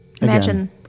Imagine